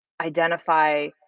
identify